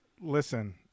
Listen